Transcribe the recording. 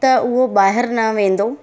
त उहो ॿाहिरि न वेंदो